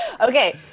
Okay